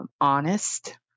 honest